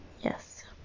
Yes